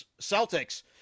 Celtics